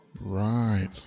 Right